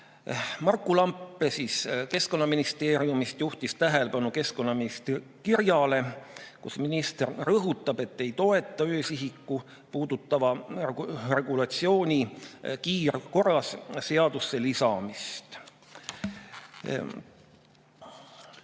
Marku Lamp Keskkonnaministeeriumist juhtis tähelepanu keskkonnaministri kirjale, kus minister rõhutab, et ei toeta öösihikut puudutava regulatsiooni kiirkorras seadusesse lisamist.